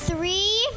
Three